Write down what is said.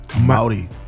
Maori